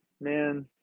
man